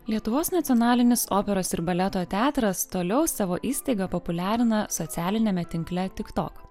lietuvos nacionalinis operos ir baleto teatras toliau savo įstaigą populiarina socialiniame tinkle tik tok